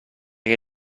che